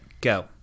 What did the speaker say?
go